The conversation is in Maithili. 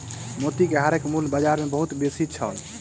मोती के हारक मूल्य बाजार मे बहुत बेसी छल